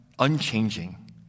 unchanging